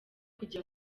kujya